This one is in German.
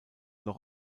noch